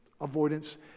avoidance